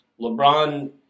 LeBron